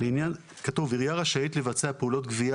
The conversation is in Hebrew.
כתוב "עירייה רשאית לבצע פעולות גבייה